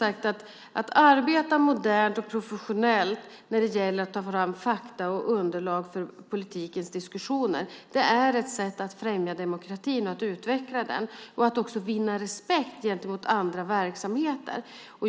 Att arbeta modernt och professionellt när det gäller att ta fram fakta och underlag för politikens diskussioner är ett sätt att främja och utveckla demokratin och att också vinna respekt gentemot andra verksamheter.